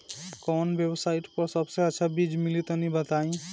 कवन वेबसाइट पर सबसे अच्छा बीज मिली तनि बताई?